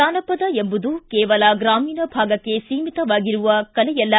ಜಾನಪದ ಎಂಬುದು ಕೇವಲ ಗ್ರಾಮೀಣ ಭಾಗಕ್ಕೆ ಸೀಮಿತವಾಗಿರುವ ಕಲೆಯಲ್ಲ